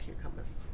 cucumbers